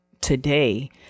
today